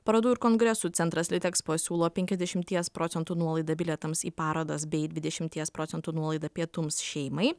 parodų ir kongresų centras litexpo siūlo penkiasdešimties procentų nuolaidą bilietams į parodas bei dvidešimties procentų nuolaidą pietums šeimai